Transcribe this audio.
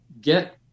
get